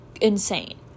insane